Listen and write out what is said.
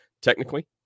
technically